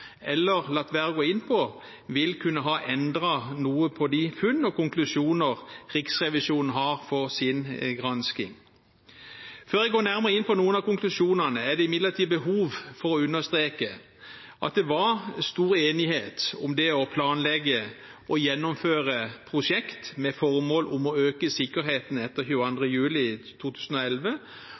eller har latt være å gå inn på, ville kunne ha endret noe på de funn og konklusjoner Riksrevisjonen har ut fra sin gransking. Før jeg går nærmere inn på noen av konklusjonene, er det imidlertid behov for å understreke at det var stor enighet om at å planlegge og gjennomføre prosjekt med det formål å øke sikkerheten etter 22. juli 2011